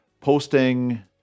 posting